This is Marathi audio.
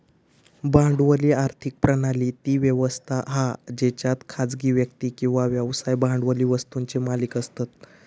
भांडवली आर्थिक प्रणाली ती व्यवस्था हा जेच्यात खासगी व्यक्ती किंवा व्यवसाय भांडवली वस्तुंचे मालिक असतत